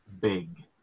big